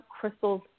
crystals